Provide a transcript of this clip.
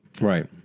Right